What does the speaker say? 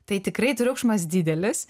tai tikrai triukšmas didelis